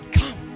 come